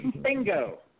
Bingo